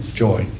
joy